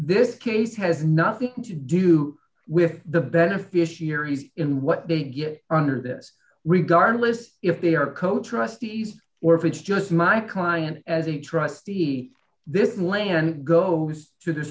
this case has nothing to do with the beneficiaries in what they get under this regardless if they are co trustee east or if it's just my client as a trustee this land go to the